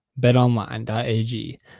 BetOnline.ag